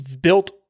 built